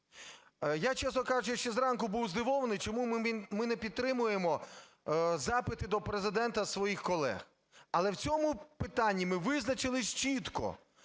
Я, чесно кажучи, ще зранку був здивований, чому ми не підтримуємо запити до Президента своїх колег. Але в цьому питанні ми визначились чітко: